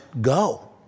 Go